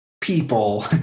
people